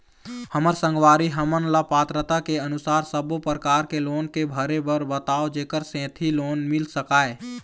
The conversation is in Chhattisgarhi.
हमर संगवारी हमन ला पात्रता के अनुसार सब्बो प्रकार के लोन के भरे बर बताव जेकर सेंथी लोन मिल सकाए?